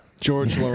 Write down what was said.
George